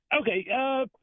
Okay